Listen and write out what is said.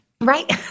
right